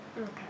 Okay